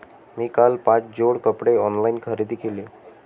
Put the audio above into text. मी काल पाच जोड कपडे ऑनलाइन खरेदी केले